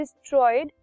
destroyed